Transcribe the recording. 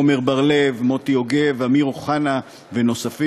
עמר בר-לב, מוטי יוגב, אמיר אוחנה ונוספים,